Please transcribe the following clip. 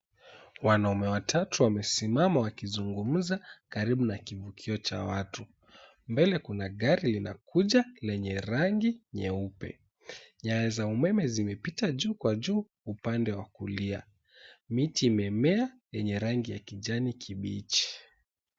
Wanaume watatu wamesimama wakizungumza karibu na kivukio cha watu, mbele kuna gari linakuja lenye rangi nyeupe. Nyaya za umeme zimepita juu kwa juu upande wa kulia. Miti imemea yenye rangi ya kijani kibichi.